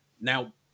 Now